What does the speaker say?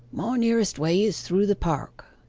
my nearest way is through the park